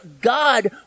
God